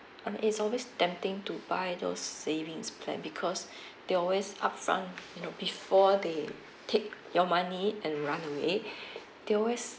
and it's always tempting to buy those savings plan because they always upfront you know before they take your money and run away they always